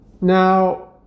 now